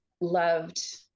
loved